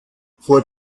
vor